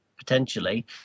potentially